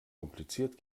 kompliziert